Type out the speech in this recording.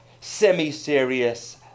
semi-serious